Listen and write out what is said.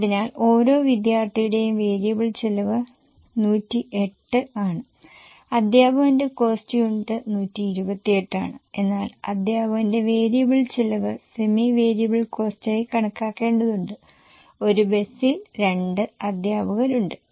അതിനാൽ ഓരോ വിദ്യാർത്ഥിയുടെയും വേരിയബിൾ ചെലവ് 108 ആണ് അദ്ധ്യാപകൻറെ കോസ്ററ് യൂണിറ്റ് 128 ആണ് എന്നാൽ അദ്ധ്യാപകൻറെ വേരിയബിൾ ചെലവ് സെമി വേരിയബിൾ കോസ്റ്റായി കണക്കാക്കേണ്ടതുണ്ട് ഒരു ബസിൽ രണ്ട് അദ്ധ്യാപകരുണ്ട്